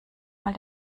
mal